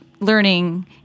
learning